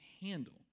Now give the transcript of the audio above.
handle